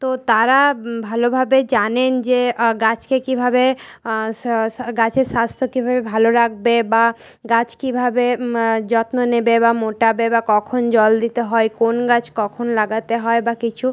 তো তাঁরা ভালোভাবে জানেন যে গাছকে কীভাবে গাছের স্বাস্থ্য কীভাবে ভালো রাখবে বা গাছ কীভাবে যত্ন নেবে বা মোটাবে বা কখন জল দিতে হয় কোন গাছ কখন লাগাতে হয় বা কিছু